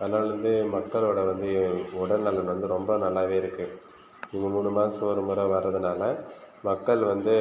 அதனால வந்து மக்களோட வந்து உடல் நலன் வந்து ரொம்ப நல்லாவே இருக்கு மூணு மாதத்துக்கு ஒரு முறை வரதுனால் மக்கள் வந்து